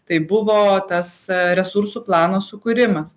tai buvo tas resursų plano sukūrimas